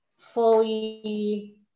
fully